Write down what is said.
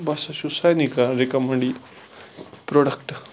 بہٕ ہَسا چھُس سارنی کَران رِکَمنڈ یہِ پروڈَکٹ